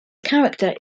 character